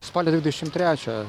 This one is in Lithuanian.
spalio dvidešim trečią